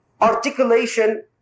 articulation